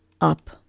up